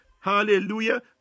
hallelujah